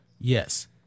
Yes